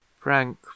Frank